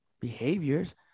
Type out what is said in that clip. behaviors